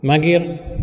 मागीर